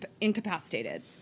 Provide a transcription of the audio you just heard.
incapacitated